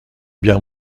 bien